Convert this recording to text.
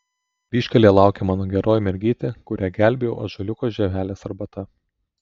kryžkelėje laukia mano geroji mergytė kurią gelbėjau ąžuoliukų žievelės arbata